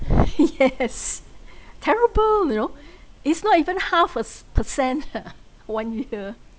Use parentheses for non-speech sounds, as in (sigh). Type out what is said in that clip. (laughs) terrible you know it's not even half a s~ percent (laughs) one year